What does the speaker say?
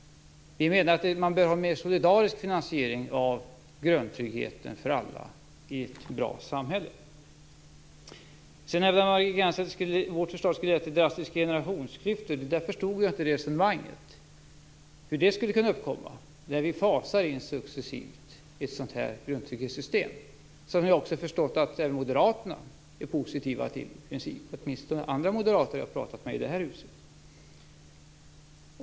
Vi menar att man bör ha en mer solidarisk finansiering av grundtryggheten för alla i ett bra samhälle. Margit Gennser talade om att vårt förslag skulle leda till en drastisk generationsklyfta. Jag förstod inte det resonemanget. Jag förstår inte hur det skulle kunna uppkomma när vi successivt fasar in ett grundtrygghetssystem. Jag har förstått att också moderaterna är positiva till ett sådant, åtminstone andra moderater jag har talat med i det här huset.